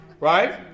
right